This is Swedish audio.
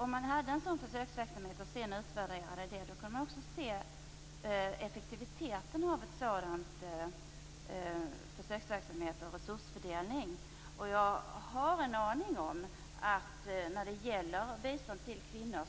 Om man hade en sådan försöksverksamhet och sedan gjorde en utvärdering skulle man kunna se hur det var med effektiviteten i en sådan försöksverksamhet och en sådan resursfördelning. Jag har en känsla av att effektiviteten är väldigt stor när det gäller bistånd till kvinnor.